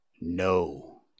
No